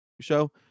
show